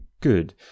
good